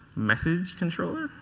message controller.